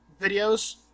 videos